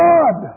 God